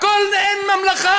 הכול זה אין ממלכה.